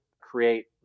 create